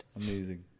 amazing